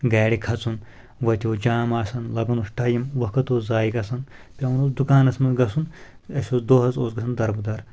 گاڑِ کھژُن وۄتہِ اوس جام آسان لگان اوس ٹایم وقت اوس زایہِ گژھان پؠوان اوس دُکانس منٛز گژھُن اسہِ اوس دۄہَس اوس گژھان دربٔدر